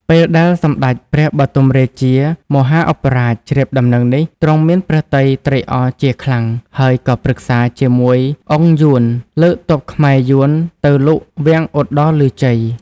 ពេលដែល សម្តេចព្រះបទុមរាជាមហាឧបរាជ ជ្រាបដំណឹងនេះ ទ្រង់មានព្រះទ័យត្រេកអរជាខ្លាំង ហើយក៏ប្រឹក្សាជាមួយ អុងយួន លើកទ័ពខ្មែរ-យួនទៅលុកវាំងឧត្តុង្គឮជ័យ។